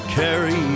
carry